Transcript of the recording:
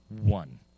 one